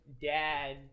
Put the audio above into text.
dad